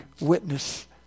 witness